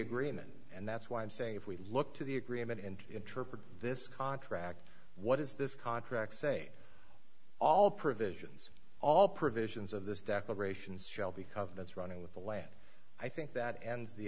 agreement and that's why i'm saying if we look to the agreement and interpret this contract what is this contract say all provisions all provisions of this declarations shall be covenants running with the land i think that ends the